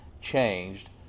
changed